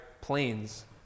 planes